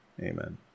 amen